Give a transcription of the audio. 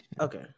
Okay